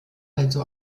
also